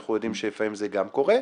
כשאנחנו יודעים שלפעמים זה גם קורה,